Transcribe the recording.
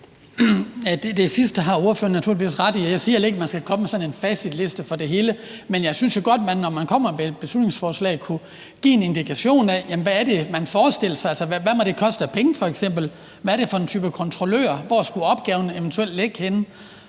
Det sidste har ordføreren naturligvis ret i. Jeg siger heller ikke, at man skal komme med sådan en facitliste for det hele, men jeg synes jo, at man, når man kommer med et beslutningsforslag, godt kunne give en indikation af, hvad det er, man forestiller sig, f.eks. hvad det må koste af penge, hvilken type kontrollør, hvorhenne opgaven eventuelt skulle ligge,